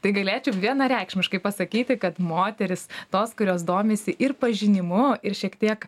tai galėčiau vienareikšmiškai pasakyti kad moterys tos kurios domisi ir pažinimu ir šiek tiek